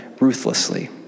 ruthlessly